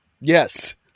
Yes